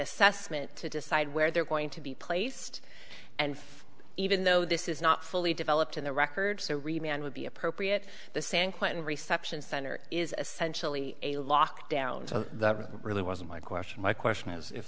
assessment to decide where they're going to be placed and even though this is not fully developed in the record so remain would be appropriate the san quentin reception center is essentially a lockdown so that really wasn't my question my question is if